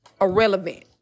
irrelevant